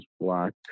black